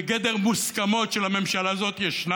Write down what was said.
בגדר מוסכמות שלממשלה הזאת יש.